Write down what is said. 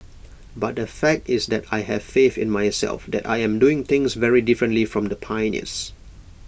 but the fact is that I have faith in myself that I am doing things very differently from the pioneers